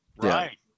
Right